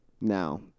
now